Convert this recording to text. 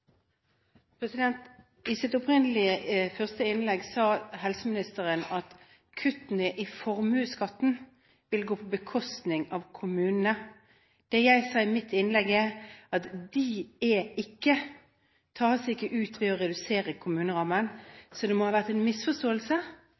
I sitt første innlegg sa helseministeren at kuttene i formuesskatten vil gå på bekostning av kommunene. Det jeg sa i mitt innlegg, var at de kuttene ikke tas ut ved å redusere kommunerammen.